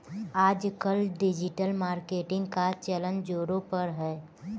आजकल digital marketing का चलन ज़ोरों पर है